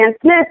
Smith